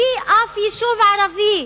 בלי אף יישוב ערבי.